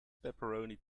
pepperoni